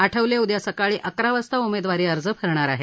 आठवले उद्या सकाळी अकरा वाजता उमेदवारी अर्ज भरणार आहेत